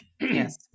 Yes